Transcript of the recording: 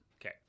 Okay